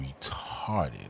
retarded